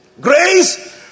Grace